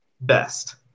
Best